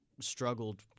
struggled